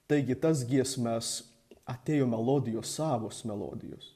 taigi tas giesmes atėjo melodijos savos melodijos